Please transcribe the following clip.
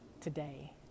today